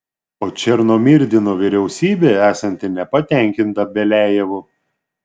o černomyrdino vyriausybė esanti nepatenkinta beliajevu